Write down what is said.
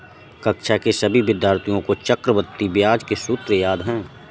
कक्षा के सभी विद्यार्थियों को चक्रवृद्धि ब्याज के सूत्र याद हैं